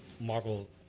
Marvel